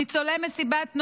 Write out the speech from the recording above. ניצולי מסיבת נובה,